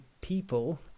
people